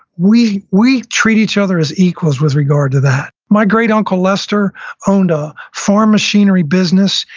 we we treat each other as equals with regard to that. my great uncle lester owned a farm machinery business.